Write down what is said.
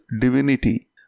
divinity